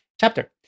chapter